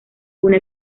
una